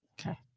Okay